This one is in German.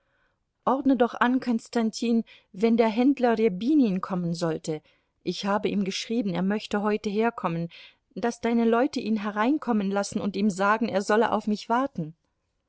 ordne doch an konstantin wenn der händler rjabinin kommen sollte ich habe ihm geschrieben er möchte heute herkommen daß deine leute ihn hereinkommen lassen und ihm sagen er solle auf mich warten